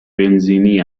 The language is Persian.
بنزینی